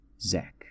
Zach